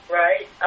right